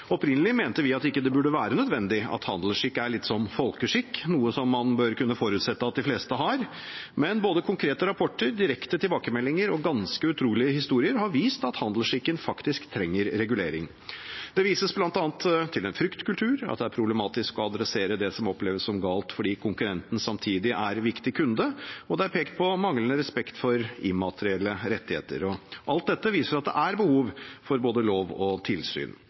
Opprinnelig mente vi at det ikke burde være nødvendig, at handelsskikk er litt som folkeskikk, noe som man bør kunne forutsette at de fleste har, men både konkrete rapporter, direkte tilbakemeldinger og ganske utrolige historier har vist at handelsskikken faktisk trenger regulering. Det vises bl.a. til en fryktkultur, at det er problematisk å adressere det som oppleves som galt, fordi konkurrenten samtidig er en viktig kunde, og det er pekt på manglende respekt for immaterielle rettigheter. Alt dette viser at det er behov for både lov og tilsyn.